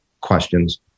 questions